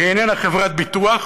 והיא איננה חברת ביטוח,